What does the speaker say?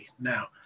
Now